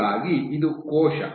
ಹೀಗಾಗಿ ಇದು ಕೋಶ